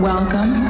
Welcome